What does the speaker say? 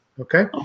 Okay